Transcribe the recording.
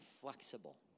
flexible